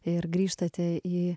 ir grįžtate į